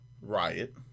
Riot